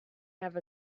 have